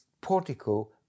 portico